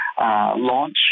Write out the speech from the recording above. launch